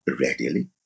readily